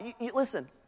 listen